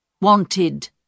wanted